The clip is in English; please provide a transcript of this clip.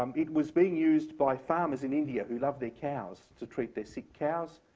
um it was being used by farmers in india who love their cows to treat their sick cows.